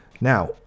Now